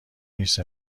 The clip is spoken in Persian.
نیست